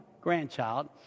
grandchild